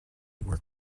were